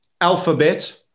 Alphabet